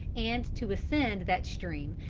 and to ascend that stream,